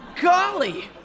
golly